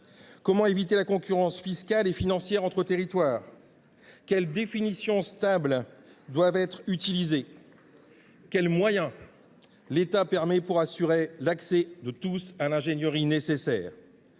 Comment éviter la concurrence fiscale et financière entre les territoires ? Quelles définitions stables devons nous utiliser ? Quels moyens l’État déploie t il pour assurer l’accès de tous à l’ingénierie nécessaire ?